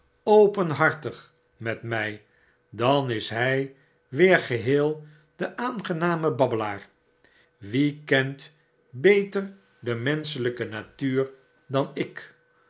openhartig met mij dan is hij weer geheel de aangename babbelaar wiekent beter de menschelijke natuur dan ik